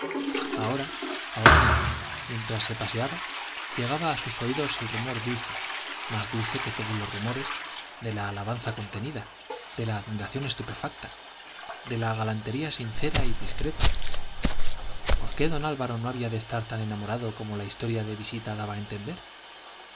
ahora ahora mismo mientras se paseaba llegaba a sus oídos el rumor dulce más dulce que todos los rumores de la alabanza contenida de la admiración estupefacta de la galantería sincera y discreta por qué don álvaro no había de estar tan enamorado como la historia de visita daba a entender